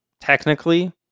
technically